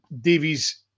Davies